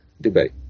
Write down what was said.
debate